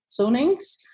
zonings